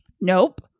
nope